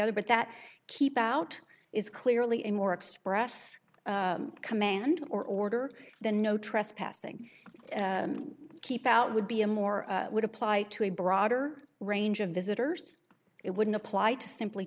other but that keep out is clearly a more expressed command order than no trespassing keep out would be a more would apply to a broader range of visitors it wouldn't apply to simply